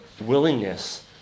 willingness